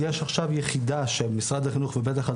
יש עכשיו יחידה של משרד החינוך ובטח על